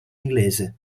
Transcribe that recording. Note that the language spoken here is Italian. inglese